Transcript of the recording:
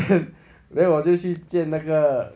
then 我就去见那个